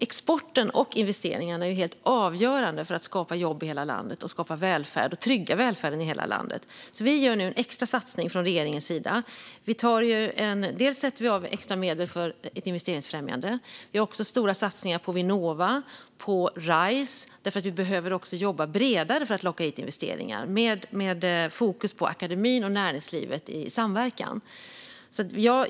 Export och investeringar är helt avgörande för att skapa jobb och välfärd och trygga välfärden i hela landet. Vi gör nu en extra satsning från regeringens sida. Vi sätter av extra medel för investeringsfrämjande. Vi har också stora satsningar på Vinnova och Rise, för vi behöver jobba bredare för att locka hit investeringar, med fokus på akademin och näringslivet i samverkan.